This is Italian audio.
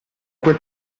quel